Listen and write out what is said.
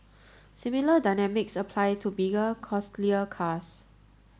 similar dynamics apply to bigger costlier cars